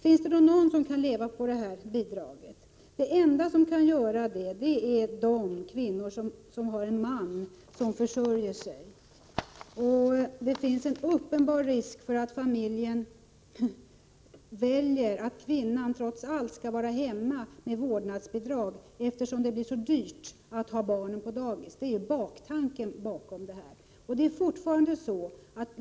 Finns det någon som kan leva på detta bidrag? De enda som kan göra det är de kvinnor som har en man som försörjer dem. Det finns en uppenbar risk att familjen väljer att kvinnan trots allt skall stanna hemma med vårdnadsbidraget, eftersom det blir så dyrt att ha barnen på dagis. Det är baktanken i detta förslag.